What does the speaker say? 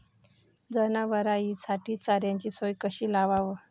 जनावराइसाठी चाऱ्याची सोय कशी लावाव?